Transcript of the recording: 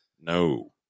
No